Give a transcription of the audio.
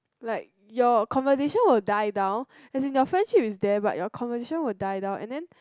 like your conversation will die down as in your friendship is there but your conversation will die down and then